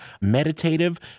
meditative